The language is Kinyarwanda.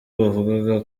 bavugaga